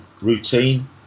routine